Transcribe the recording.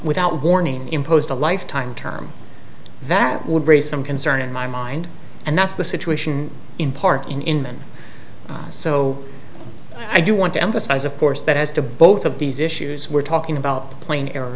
without warning imposed a lifetime term that would raise some concern in my mind and that's the situation in part in inman so i do want to emphasize of course that has to both of these issues we're talking